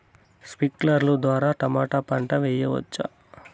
స్ప్రింక్లర్లు ద్వారా టమోటా పంట చేయవచ్చా?